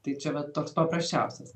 tai čia va toks paprasčiausias